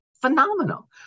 phenomenal